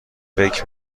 فکر